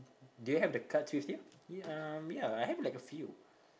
do you have the cards with you um ya I have like a few